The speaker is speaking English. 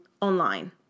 online